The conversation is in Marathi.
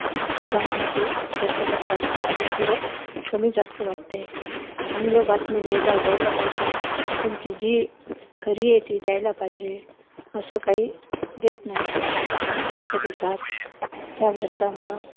त्याच्यामुळं ते वृत्तपत्रामध्ये मला थोडं कमी जास्त वाटते चांगलं बातमी द्यायला द्यायला पाहिजे कोणती जी खरी आहे ती द्यायला पाहिजे असं काही देत नाहीत कोणतं कमी जास्त देतात त्या वृत्तामुळं